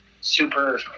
super